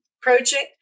project